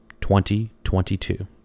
2022